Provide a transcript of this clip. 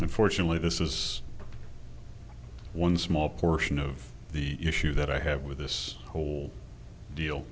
please unfortunately this is one small portion of the issue that i have with this whole deal